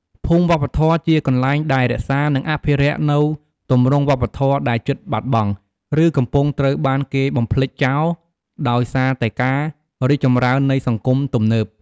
ភូមិវប្បធម៌ជាកន្លែងដែលរក្សា និងអភិរក្សនូវទម្រង់វប្បធម៌ដែលជិតបាត់បង់ ឬកំពុងត្រូវបានគេបំភ្លេចចោល ដោយសារតែការរីកចម្រើននៃសង្គមទំនើប។